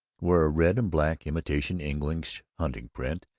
were a red and black imitation english hunting-print,